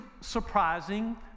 surprising